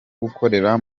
gukorera